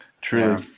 true